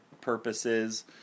purposes